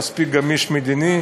מספיק גמיש מדינית,